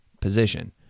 position